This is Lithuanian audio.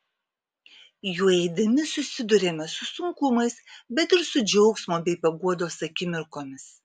juo eidami susiduriame su sunkumais bet ir su džiaugsmo bei paguodos akimirkomis